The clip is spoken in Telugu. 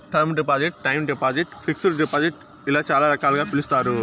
term deposit time deposit fixed deposit ఇలా చాలా రకాలుగా పిలుస్తారు